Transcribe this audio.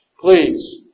Please